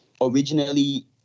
originally